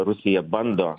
rusija bando